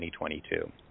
2022